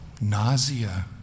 Nausea